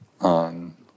on